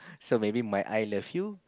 so maybe my I love you